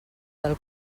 del